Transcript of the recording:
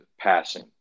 passing